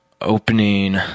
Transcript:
opening